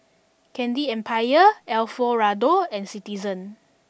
Candy Empire Alfio Raldo and Citizen